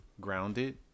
grounded